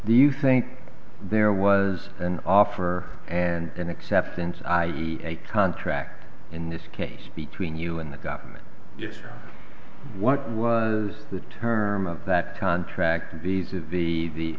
do you think there was an offer and acceptance i e a contract in this case between you and the government just what was the term of that contract visa v the